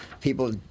People